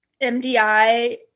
MDI